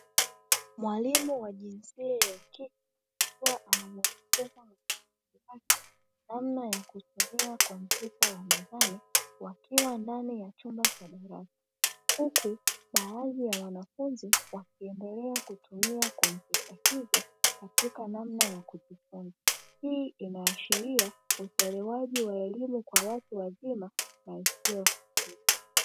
Mwalimu wa jinsia ya kike akiwa anamuelekeza mwanafunzi wake namna ya kutumia kompyuta ya mezani, wakiwa ndani ya chumba cha darasa huku baadhi ya wanafunzi wakiendelea kutumia kompyuta hizo katika namna ya kujifunza, hii inaashiria utolewaji wa elimu kwa watu wazima na isiyo rasmi.